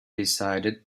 decided